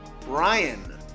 Brian